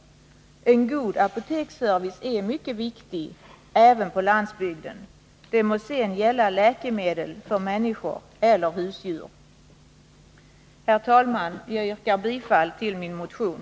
En god apoteksservice är mycket viktig, även på landsbygden. Det må sedan gälla läkemedel för människor eller husdjur. Herr talman! Jag yrkar bifall till min motion.